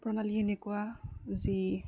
প্ৰণালী এনেকুৱা যি